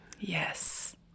Yes